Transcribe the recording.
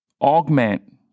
augment